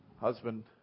husband